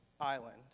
Island